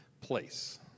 place